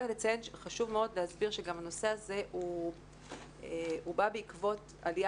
חשוב מאוד להסביר שגם הנושא הזה בא בעקבות עלייה